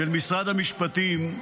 של משרד המשפטים,